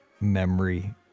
Memory